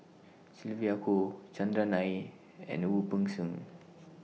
Sylvia Kho Chandran Nair and Wu Peng Seng